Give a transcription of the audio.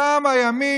כמה ימים,